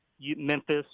Memphis